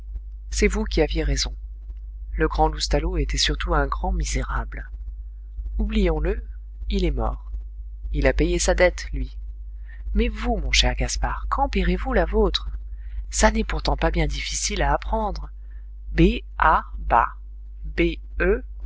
c'est vous qui aviez raison le grand loustalot était surtout un grand misérable oublions le il est mort il a payé sa dette lui mais vous mon cher gaspard quand paierez vous la vôtre ça n'est pourtant pas bien difficile à apprendre b a ba b e